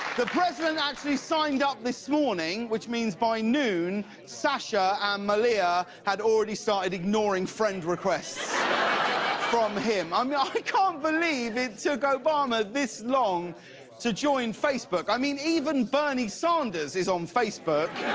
the president actually signed up this morning, which means by noon, sasha and um malia had already started ignoring friend requests from him. um yeah i can't believe it took obama this long to join facebook. i mean, even bernie sanders is on facebook,